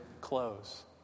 close